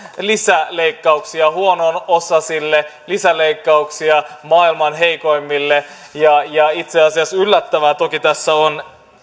lisäleikkauksia huono osaisille lisäleikkauksia maailman heikoimmille itse asiassa yllättävää toki tässä on